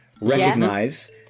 recognize